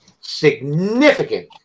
significant